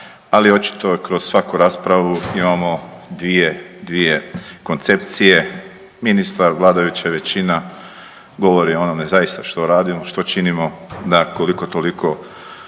Ali očito kroz svaku raspravu imamo dvije koncepcije – ministar, vladajuća većina govori o onome zaista što radimo, što činimo da koliko toliko